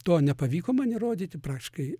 to nepavyko man įrodyti praktiškai